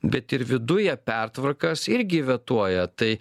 bet ir viduj jie pertvarkas irgi vetuoja tai